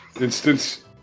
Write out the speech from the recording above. instance